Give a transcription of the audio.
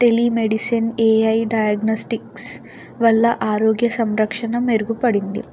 telemedicine A I diagnostics వల్ల ఆరోగ్య సంరక్షణ మెరుగుపడింది